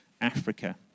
Africa